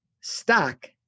stock